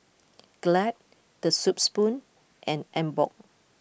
Glad The Soup Spoon and Emborg